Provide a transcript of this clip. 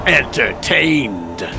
entertained